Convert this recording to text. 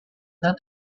not